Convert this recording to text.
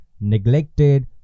neglected